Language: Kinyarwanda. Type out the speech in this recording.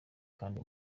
kandi